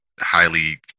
highly